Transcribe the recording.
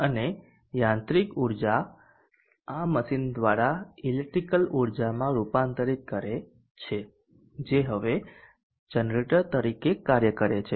અને યાંત્રિક ઉર્જા આ મશીન દ્વારા ઈલેક્ટ્રીકલ ઉર્જામાં રૂપાંતર કરે છે જે હવે જનરેટર તરીકે કાર્ય કરે છે